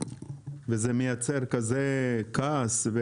וזה מייצר כזה כעס.